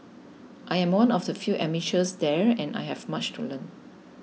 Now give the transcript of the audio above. I am one of the few amateurs there and I have much to learn